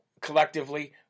collectively